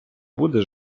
буде